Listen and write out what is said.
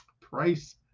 price